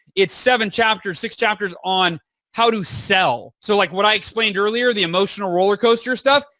it's seven chapters, six chapters on how to sell. so, like what i explained earlier, the emotional roller coaster stuff,